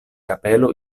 kapelo